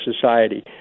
society